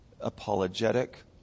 apologetic